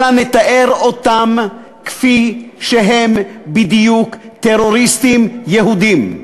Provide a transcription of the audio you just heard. אלא נתאר אותם כפי שהם בדיוק: טרוריסטים יהודים.